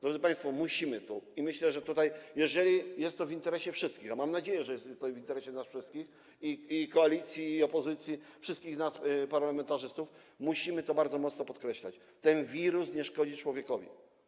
Drodzy państwo, musimy, i myślę, że jeżeli jest to w interesie wszystkich, a mam nadzieję, że jest to w interesie nas wszystkich, i koalicji, i opozycji, wszystkich nas, parlamentarzystów, musimy to bardzo mocno podkreślać, że ten wirus nie szkodzi człowiekowi.